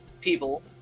people